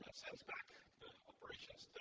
sends back the operations